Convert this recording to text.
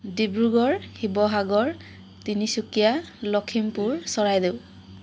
Dibrugarh Sivasagar Tinsukia Lakhimpur Charaideo